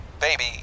baby